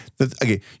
okay